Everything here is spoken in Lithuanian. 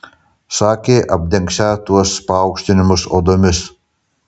sakė apdengsią tuos paaukštinimus odomis